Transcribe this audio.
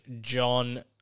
John